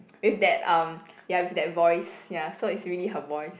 with that um ya with that voice ya so it's really her voice